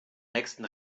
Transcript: nächsten